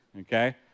okay